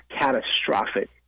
catastrophic